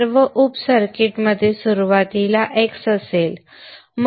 सर्व उप सर्किटमध्ये सुरुवातीला x असेल